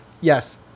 Yes